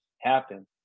happen